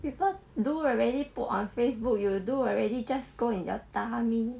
people do already put on facebook you do already just go in your tummy